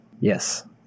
Yes